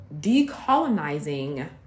decolonizing